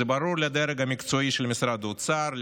זה ברור לדרג המקצועי של משרד האוצר,